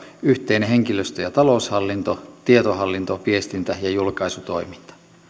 yhteinen henkilöstö ja taloushallinto tietohallinto viestintä ja julkaisutoiminta